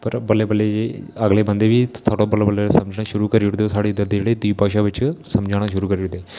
पर बल्लें बल्लें जे अगले बंदे बी थोह्ड़ा बल्ले बल्ले समझना शुरू करी ओड़दे साढ़ी इद्धर दी दुई भाशा बिच्च समझाना शुरू करी ओड़दे